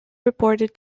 reported